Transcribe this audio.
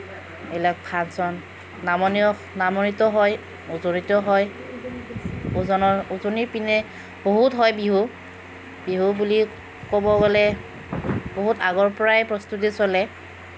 এইবিলাক ফাংচন নামনি অসম নামনিতো হয় উজনিতো হয় উজনিৰ উজনিৰ পিনে বহুত হয় বিহু বিহু বুলি ক'ব গ'লে বহুত আগৰ পৰাই প্ৰস্তুতি চলে